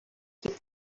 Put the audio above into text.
keep